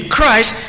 Christ